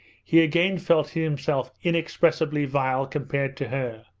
he again felt himself inexpressibly vile compared to her,